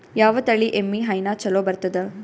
ಯಾವ ತಳಿ ಎಮ್ಮಿ ಹೈನ ಚಲೋ ಬರ್ತದ?